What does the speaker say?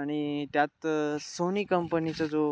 आणि त्यात सोनी कंपनीचा जो